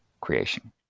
creation